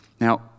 Now